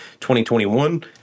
2021